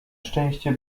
szczęście